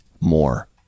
more